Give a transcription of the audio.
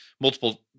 multiple